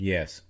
Yes